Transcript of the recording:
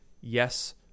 Yes